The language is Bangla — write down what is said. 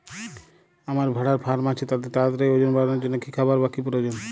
আমার ভেড়ার ফার্ম আছে তাদের তাড়াতাড়ি ওজন বাড়ানোর জন্য কী খাবার বা কী প্রয়োজন?